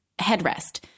headrest